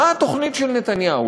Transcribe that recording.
מה התוכנית של נתניהו?